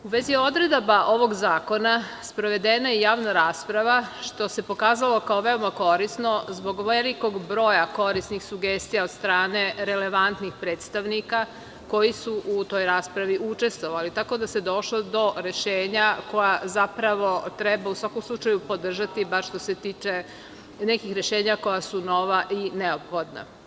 U vezi odredaba ovog zakona, sprovedena je javna rasprava, što se pokazalo kao veoma korisno zbog velikog broja korisnih sugestija od strane relevantnih predstavnika koji su u toj raspravi učestvovali, tako da se došlo do rešenja koja treba podržati, bar što se tiče nekih rešenja koja su nova i neophodna.